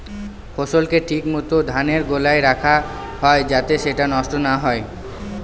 ফসলকে ঠিক মত ধানের গোলায় রাখা হয় যাতে সেটা নষ্ট না হয়